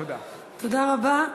תודה רבה.